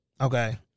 Okay